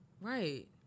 Right